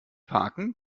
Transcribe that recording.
parken